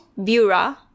bura